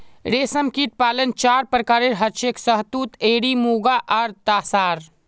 रेशमकीट पालन चार प्रकारेर हछेक शहतूत एरी मुगा आर तासार